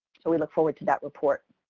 so we look forward to that report.